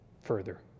further